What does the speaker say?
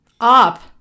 Up